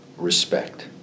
Respect